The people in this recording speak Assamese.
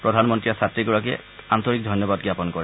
প্ৰধানমন্ত্ৰীয়ে ছাত্ৰীগৰাকী আন্তৰিক ধন্যবাদ জ্ঞাপন কৰে